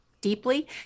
deeply